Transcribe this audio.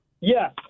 Yes